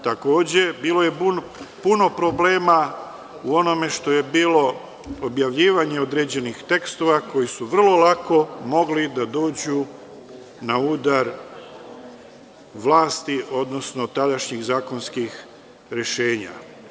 Takođe, bilo je puno problema u onome što je bilo objavljivanje određenih tekstova koji su vrlo lako mogli da dođu na udar vlasti, odnosno tadašnjih zakonskih rešenja.